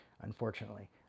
unfortunately